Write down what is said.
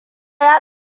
ya